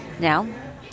Now